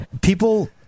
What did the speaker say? people